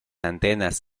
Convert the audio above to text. antenas